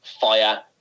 fire